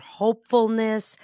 hopefulness